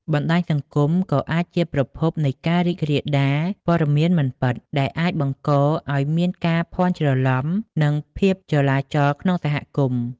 បណ្តាញសង្គមក៏អាចជាប្រភពនៃការរីករាលដាលព័ត៌មានមិនពិត ដែលអាចបង្កឱ្យមានការភាន់ច្រឡំ និងភាពចលាចលក្នុងសហគមន៍។